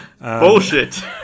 Bullshit